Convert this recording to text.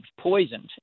poisoned